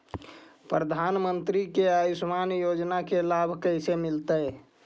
प्रधानमंत्री के आयुषमान योजना के लाभ कैसे मिलतै?